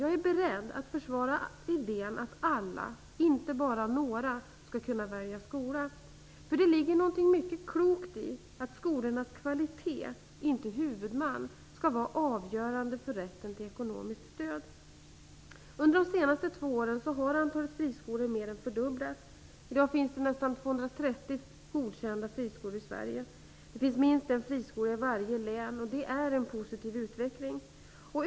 Jag är beredd att försvara idén om att alla, inte bara några, skall kunna välja skola. Det ligger något mycket klokt i att skolornas kvalitet och inte deras huvudman skall vara avgörande för rätten till ekonomiskt stöd. Under de senaste två åren har antalet friskolor mer än fördubblats. I dag finns det nästan 230 godkända friskolor i Sverige. Det finns minst en friskola i varje län, och det är en positiv utveckling.